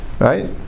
Right